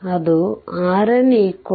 RN 2 Ωಸಿಗುತ್ತದೆ